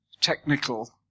technical